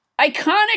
iconic